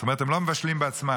זאת אומרת, הם לא מבשלים בעצמם.